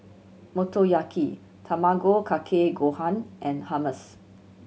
Motoyaki Tamago Kake Gohan and Hummus